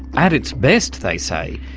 at its best, they say,